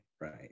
Right